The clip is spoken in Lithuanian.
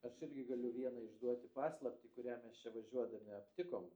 aš irgi galiu vieną išduoti paslaptį kurią mes čia važiuodami aptikom